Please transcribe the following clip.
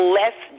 less